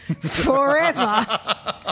Forever